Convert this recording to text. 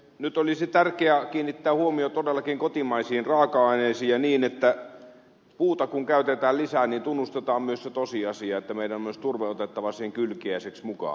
nyt olisi tärkeää kiinnittää huomio todellakin kotimaisiin raaka aineisiin ja niin että kun puuta käytetään lisää niin tunnustetaan myös se tosiasia että meidän on myös turve otettava siihen kylkiäiseksi mukaan